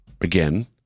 Again